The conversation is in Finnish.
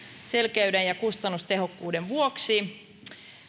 selkeyden ja kustannustehokkuuden vuoksi